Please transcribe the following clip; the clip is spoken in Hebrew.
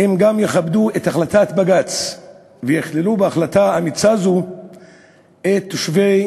אם גם יכבדו את החלטת בג"ץ ויכללו בהחלטה אמיצה זו את תושבי